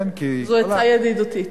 זו עצה ידידותית.